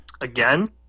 Again